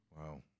Wow